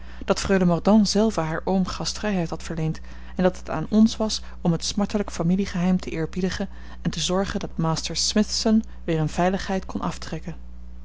dat freule mordaunt zelve haar oom gastvrijheid had verleend en dat het aan ons was om het smartelijk familie geheim te eerbiedigen en te zorgen dat master smithson weer in veiligheid kon aftrekken